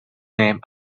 name